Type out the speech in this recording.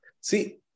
See